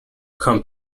come